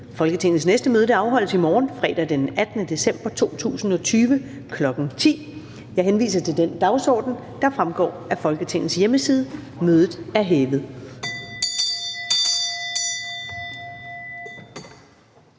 Folketingets næste møde afholdes i morgen, fredag den 18. december 2020, kl. 10.00. Jeg henviser til den dagsorden, der fremgår af Folketingets hjemmeside. Mødet er hævet.